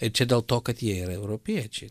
ir čia dėl to kad jie yra europiečiai